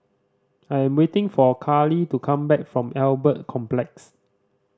I am waiting for Karli to come back from Albert Complex